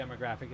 demographic